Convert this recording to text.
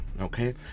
Okay